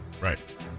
Right